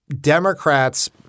Democrats